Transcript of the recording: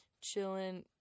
chilling